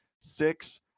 six